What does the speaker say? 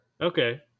Okay